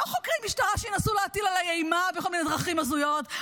לא חוקרי משטרה שינסו להטיל עליי אימה בכל מיני דרכים הזויות,